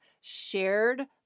shared